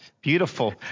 Beautiful